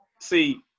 See